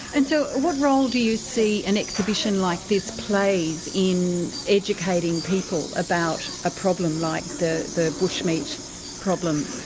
and so what role do you see an exhibition like this plays in educating people about a problem like the the bush meat problem?